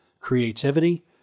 Creativity